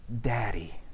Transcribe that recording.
daddy